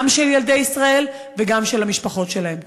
גם של ילדי ישראל וגם של המשפחות שלהם.